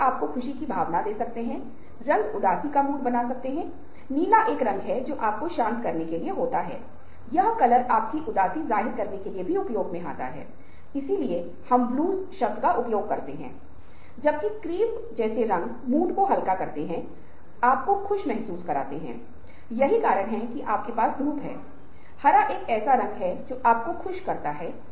इसलिए एक डॉक्टर होने के नाते एक मेडिकल समस्या को मेडिकल डिग्री के बिना हल नहीं किया जा सकता है और इसलिए यह शिक्षा बुनियादी ग्राउंडिंग में देती है जिसके आधार पर वह रचनात्मक कार्य कर सकता है